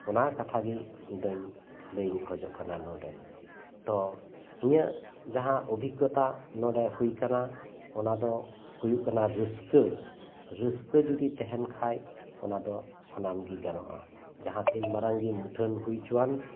ᱚᱱᱟ ᱠᱟᱛᱷᱟ ᱜᱮ ᱤᱧ ᱫᱚᱧ ᱞᱟᱹᱭᱤᱧ ᱠᱷᱚᱡᱚᱜ ᱠᱟᱱᱟ ᱱᱚᱸᱰᱮ ᱛᱚ ᱤᱧᱟᱹᱜᱡᱟᱦᱟᱸ ᱚᱵᱷᱤᱜᱽᱜᱚᱛᱟ ᱱᱚᱸᱰᱮ ᱦᱳᱭ ᱟᱠᱟᱱᱟ ᱚᱱᱟ ᱫᱚ ᱦᱳᱭᱳᱜ ᱠᱟᱱᱟ ᱨᱟᱹᱥᱠᱟᱹ ᱨᱟᱹᱥᱠᱟᱹ ᱡᱩᱫᱤ ᱛᱟᱦᱮᱱ ᱠᱷᱟᱱ ᱚᱱᱟ ᱫᱚ ᱥᱟᱱᱟᱢ ᱜᱮ ᱜᱟᱱᱚᱜᱼᱟ ᱡᱟᱦᱟᱸ ᱛᱤᱱ ᱢᱟᱨᱟᱝ ᱜᱮ ᱢᱩᱴᱷᱟᱹᱱ ᱦᱳᱭ ᱦᱚᱪᱚᱣᱟᱱ